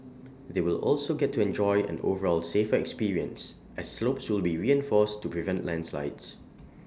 they will also get to enjoy an overall safer experience as slopes will be reinforced to prevent landslides